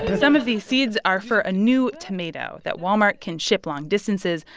some of these seeds are for a new tomato that walmart can ship long distances,